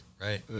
right